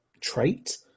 trait